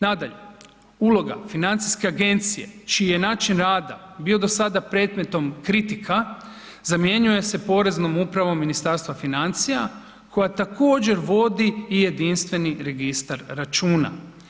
Nadalje, uloga FINA-e čiji je način rada bio do sada predmetom kritika, zamjenjuje se Poreznom upravom Ministarstva financija koja također vodi i jedinstveni registar računa.